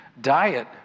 diet